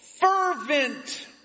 fervent